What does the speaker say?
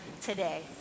today